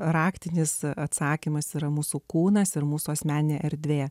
raktinis atsakymas yra mūsų kūnas ir mūsų asmeninė erdvė